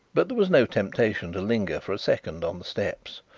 but there was no temptation to linger for a second on the steps.